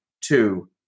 two